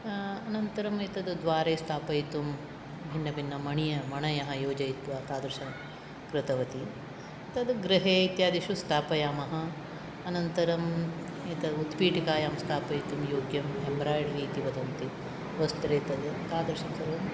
अनन्तरम् एतत् द्वारे स्थापयितुं भिन्न भिन्न मणिः मणयः योजयित्वा तादृश कृतवति तद् गृहे इत्यादिषु स्थापयामः अनन्तरम् एतत् उत्पीटिकायां स्थापयितुं योग्यम् एम्रायडरि इति वदन्ति वस्त्रे तद् तादृशं सर्वं